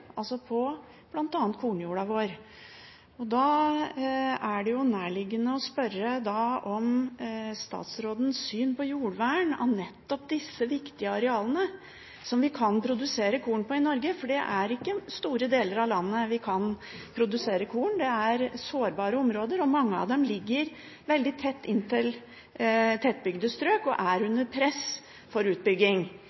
altså på bl.a. kornjorda vår. Da er det nærliggende å spørre om statsrådens syn på jordvern av nettopp disse viktige arealene som vi kan produsere korn på i Norge, for det er ikke store deler av landet hvor vi kan produsere korn. Det er sårbare områder. Mange av dem ligger veldig tett inntil tettbygde strøk og er